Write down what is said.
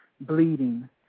bleeding